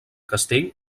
castell